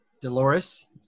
Dolores